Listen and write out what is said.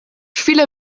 viele